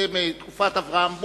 זה מתקופת אברהם בורג,